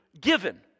given